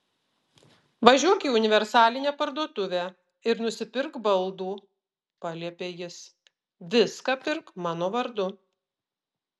važiuok į universalinę parduotuvę ir nusipirk baldų paliepė jis viską pirk mano vardu